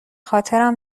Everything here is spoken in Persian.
خاطرم